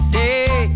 day